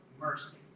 mercy